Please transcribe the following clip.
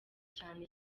cyane